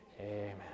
Amen